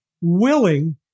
willing